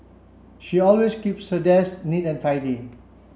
she always keeps her desk neat and tidy